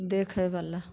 देखैवला